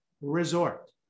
resort